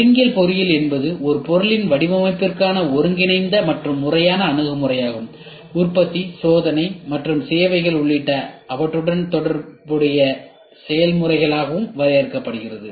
ஒருங்கியல் பொறியியல் என்பது ஒரு பொருளின் வடிவமைப்பிற்கான ஒருங்கிணைந்த மற்றும் முறையான அணுகுமுறையாகவும் உற்பத்தி சோதனை மற்றும் சேவைகள் உள்ளிட்ட அவற்றுடன் தொடர்புடைய செயல்முறைகளாகவும் வரையறுக்கப்படுகிறது